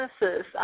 businesses